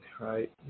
right